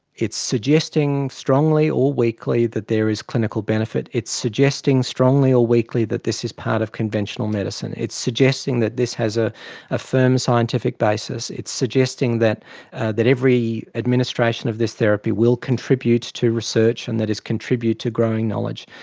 it's suggesting strongly or weakly that there is clinical benefit. it's suggesting strongly or weakly that this is part of conventional medicine. it's suggesting that this has a ah firm scientific basis. it's suggesting that that every administration of this therapy will contribute to research and contribute to growing knowledge.